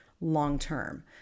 long-term